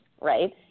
right